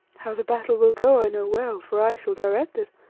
how the battle will go i know well, for i shall direct it,